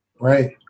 Right